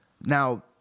Now